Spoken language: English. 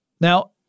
Now